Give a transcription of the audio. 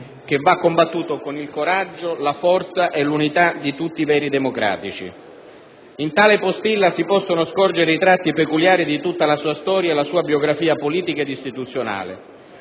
che va combattuto con il coraggio, la forza e l'unità di tutti i veri democratici». In tale postilla si possono scorgere i tratti peculiari di tutta la sua storia e la sua biografia politica ed istituzionale.